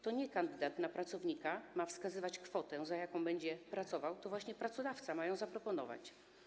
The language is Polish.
To nie kandydat na pracownika ma wskazywać kwotę, za jaką będzie pracował, to właśnie pracodawca ma ją zaproponować.